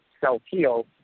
self-heal